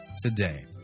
today